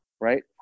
right